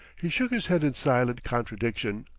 he shook his head in silent contradiction,